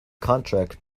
contract